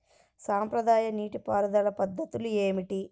సాంప్రదాయ నీటి పారుదల పద్ధతులు ఏమిటి?